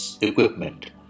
equipment